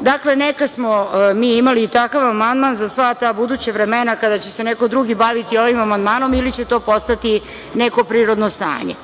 Dakle, neka smo mi imali i takav amandman za sva ta buduća vremena kada će se neko drugi baviti ovim amandmanom ili će to postati neko prirodno stanje.